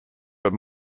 but